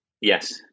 Yes